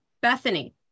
Bethany